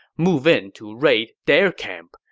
move in to raid their camp.